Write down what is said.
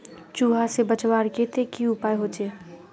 चूहा से बचवार केते की उपाय होचे?